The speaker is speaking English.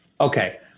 Okay